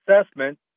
assessment